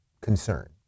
concern